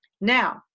Now